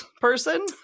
person